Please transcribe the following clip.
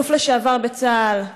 אלוף לשעבר בצה"ל,